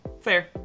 Fair